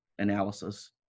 analysis